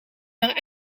maar